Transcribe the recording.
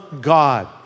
God